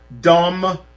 dumb